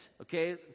okay